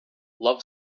love